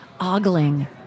ogling